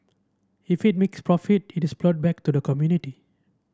if it makes profit it is ploughed back to the community